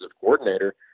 coordinator